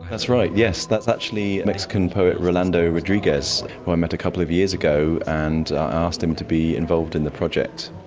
that's right, yes, that's actually mexican poet rolando rodriguez who i met a couple of years ago and i asked him to be involved in the project,